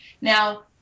Now